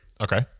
okay